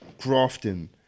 grafting